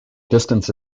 distance